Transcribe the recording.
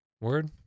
Word